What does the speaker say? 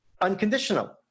unconditional